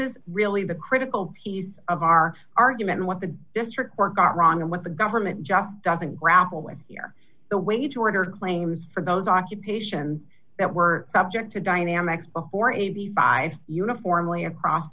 is really the critical piece of our argument what the district court got wrong and what the government just doesn't grapple with here the wage order claims for those occupations that were subject to dynamics before a b five uniformly across